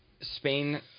Spain